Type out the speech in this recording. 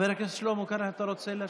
חבר הכנסת שלמה קרעי, אתה רוצה להשיב?